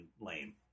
lame